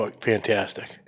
fantastic